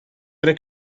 era